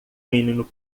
menino